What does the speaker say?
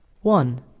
One